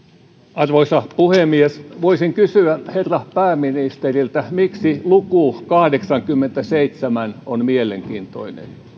arvoisa puhemies voisin kysyä herra pääministeriltä miksi luku kahdeksankymmentäseitsemän on mielenkiintoinen